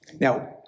Now